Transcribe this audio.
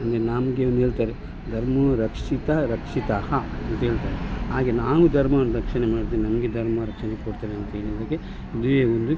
ಅಂದರೆ ನಮಗೆ ಒಂದು ಹೇಳ್ತಾರೆ ಧರ್ಮೋ ರಕ್ಷತಿ ರಕ್ಷಿತಃ ಅಂತ್ಹೇಳ್ತಾರೆ ಹಾಗೇ ನಾವು ಧರ್ಮವನ್ನು ರಕ್ಷಣೆ ಮಾಡಿದ್ರೆ ನಮಗೆ ಧರ್ಮ ರಕ್ಷಣೆ ಕೊಡ್ತದೆ ಅಂತ್ಹೇಳಿ ನಮಗೆ ಒಂದೇ ಒಂದು